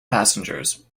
passengers